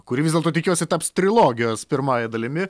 kuri vis dėlto tikiuosi taps trilogijos pirmąja dalimi